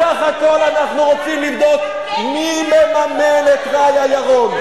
בסך הכול אנחנו רוצים לבדוק מי מממן את רעיה ירון.